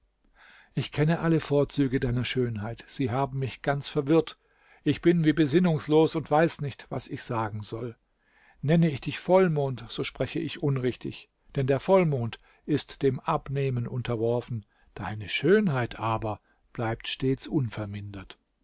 ich kenne alle vorzüge deiner schönheit sie haben mich ganz verwirrt ich bin wie besinnungslos und weiß nicht was ich sagen soll nenne ich dich vollmond so spreche ich unrichtig denn der vollmond ist dem abnehmen unterworfen deine schönheit aber bleibt stets unvermindert